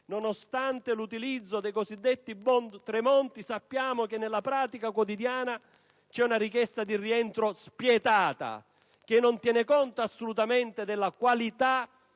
nonostante l'utilizzo dei cosiddetti Tremonti *bond*, sappiamo che nella pratica quotidiana c'è una richiesta di rientro spietata, che non tiene assolutamente conto della qualità